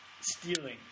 stealing